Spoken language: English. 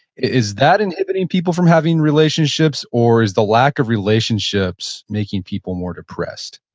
is that inhibiting people from having relationships or is the lack of relationships making people more depressed?